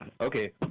Okay